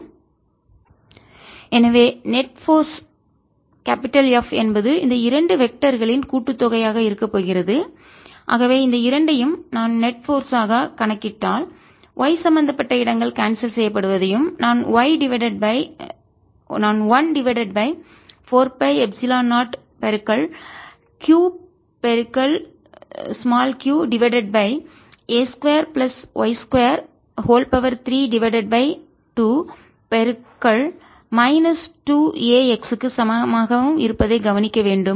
F214π0Qqa2y232 எனவே net force நிகர விசை F என்பது இந்த இரண்டு வெக்டர்களின் திசையன்களின் கூட்டுத்தொகையாக இருக்கப் போகிறது ஆகவே இந்த இரண்டையும் நான் நெட் போர்ஸ் ஆக நிகர சக்தியாகக் கணக்கிட்டால் y சம்பந்தப்பட்ட இடங்கள் கான்செல் செய்யப்படுவதையும் நான் 1 divided by 4 pi epsilon 0 Qq divided by a2 plus y232 minus 2ax க்கு சமமாக இருப்பதையும் கவனிக்க வேண்டும்